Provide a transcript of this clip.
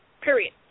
period